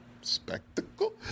spectacle